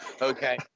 Okay